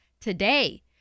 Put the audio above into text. today